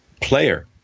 player